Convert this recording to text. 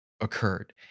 occurred